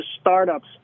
startups